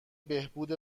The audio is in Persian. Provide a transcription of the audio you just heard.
بهبود